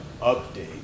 update